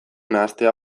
nahastea